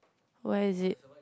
where is it